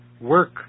work